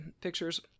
pictures